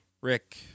Rick